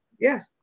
Yes